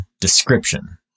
description